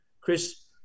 Chris